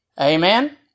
Amen